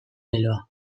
leloa